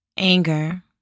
Anger